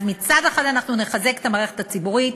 אז מצד אחד אנחנו נחזק את המערכת הציבורית,